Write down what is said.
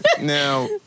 Now